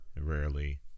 Rarely